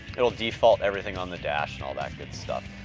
it will default everything on the dash, and all that good stuff.